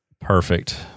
perfect